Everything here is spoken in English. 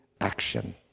action